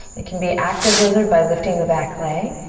it can be active lizard by lifting the back leg.